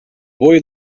boy